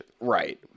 Right